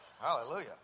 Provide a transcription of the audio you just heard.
Hallelujah